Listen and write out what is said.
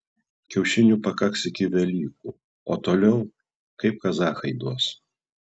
kiaušinių pakaks iki velykų o toliau kaip kazachai duos